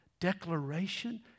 Declaration